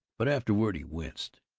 but afterward he winced,